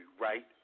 right